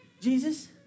Jesus